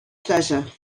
pleasure